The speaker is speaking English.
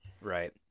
right